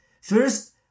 First